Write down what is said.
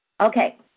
Okay